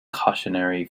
cautionary